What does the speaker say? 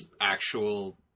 actual